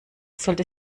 sollte